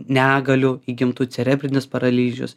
negalių įgimtų cerebrinis paralyžius